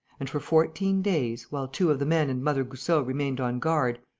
and for fourteen days, while two of the men and mother goussot remained on guard,